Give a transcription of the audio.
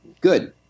good